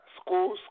School